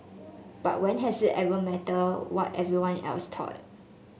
but when has it ever mattered what anyone else thought